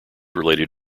related